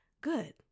Good